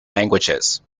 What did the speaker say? languages